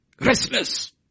restless